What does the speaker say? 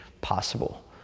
possible